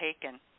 taken